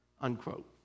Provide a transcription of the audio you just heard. Unquote